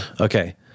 Okay